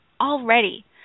already